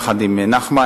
יחד עם נחמן,